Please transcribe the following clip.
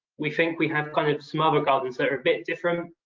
we think we have kind of some other gardens that are a bit different.